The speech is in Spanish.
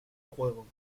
juego